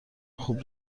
خوب